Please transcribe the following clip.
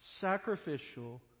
Sacrificial